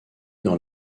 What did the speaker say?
dans